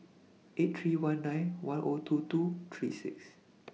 eight three one nine one two two three six